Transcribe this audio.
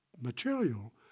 material